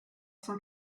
cent